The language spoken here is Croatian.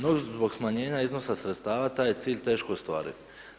No, zbog smanjenja iznosa sredstava taj je cilj teško ostvariv.